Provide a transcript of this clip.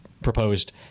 proposed